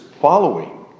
following